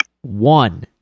one